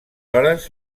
hores